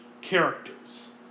characters